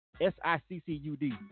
S-I-C-C-U-D